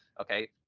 okay